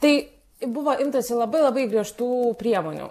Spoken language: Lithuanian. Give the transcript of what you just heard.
tai buvo imtasi labai labai griežtų priemonių